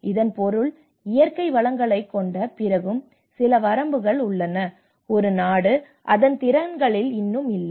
இதன் பொருள் இயற்கை வளங்களைக் கொண்ட பிறகும் சில வரம்புகள் உள்ளன ஒரு நாடு அதன் திறன்களில் இன்னும் இல்லை